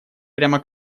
прямо